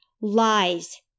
lies